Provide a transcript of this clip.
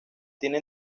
tiene